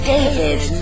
David